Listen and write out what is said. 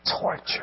Torture